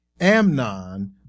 Amnon